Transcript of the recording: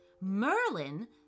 Merlin